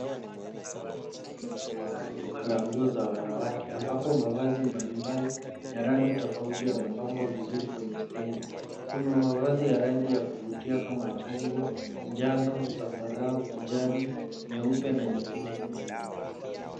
Ni katika duka la nguo za wanawake, ambapo mavazi mbalimbali ya rangi tofauti yamepangwa vizuri kwenye stendi. Kuna mavazi ya rangi ya kuvutia kama chungwa, njano, zambarau, kijani, nyeupe na nyingine nyingi.